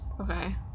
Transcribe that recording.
Okay